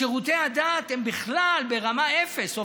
שירותי הדת הם בכלל ברמה אפס.